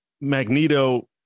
Magneto